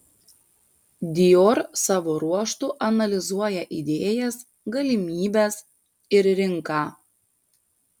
dior savo ruožtu analizuoja idėjas galimybes ir rinką